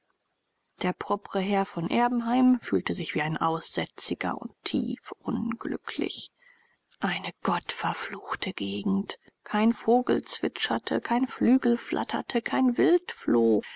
der propre herr von erbenheim fühlte sich wie ein aussätziger und tiefunglücklich eine gottverfluchte gegend kein vogel zwitscherte kein flügel flatterte kein wild floh